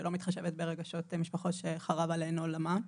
שלא מתחשבת ברגשות משפחות שחרב עליהן עולמן.